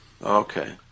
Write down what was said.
Okay